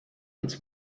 als